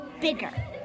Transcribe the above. bigger